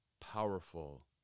powerful